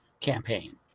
campaign